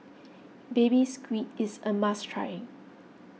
Baby Squid is a must try